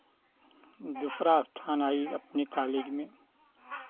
दूसरा स्थान आयी अपने कॉलेज में